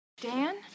Dan